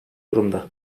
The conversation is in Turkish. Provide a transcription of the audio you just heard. durumda